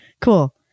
cool